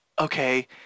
okay